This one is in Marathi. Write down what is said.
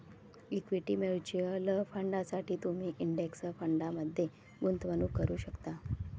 इक्विटी म्युच्युअल फंडांसाठी तुम्ही इंडेक्स फंडमध्ये गुंतवणूक करू शकता